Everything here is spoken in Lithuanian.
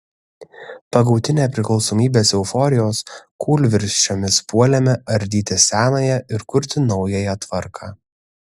pagauti nepriklausomybės euforijos kūlvirsčiomis puolėme ardyti senąją ir kurti naująją tvarką